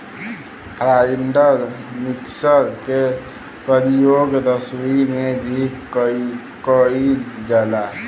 grinder mixer के परियोग रसोई में भी कइल जाला